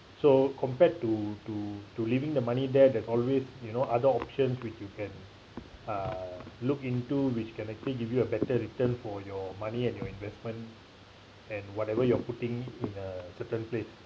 so compared to to to leaving the money there there's always you know other options which you can uh look into which can actually give you a better return for your money and your investment and whatever you are putting in a certain place